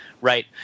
right